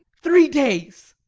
three days.